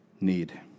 need